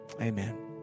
Amen